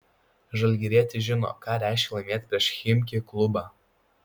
žalgirietis žino ką reiškia laimėti prieš chimki klubą